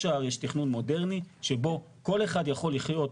ההר יש תכנון מודרני שבו כל אחד יכול לחיות,